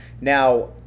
now